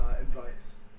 advice